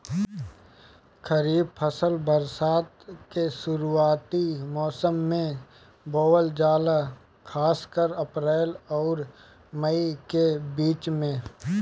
खरीफ फसल बरसात के शुरूआती मौसम में बोवल जाला खासकर अप्रैल आउर मई के बीच में